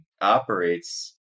operates